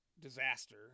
disaster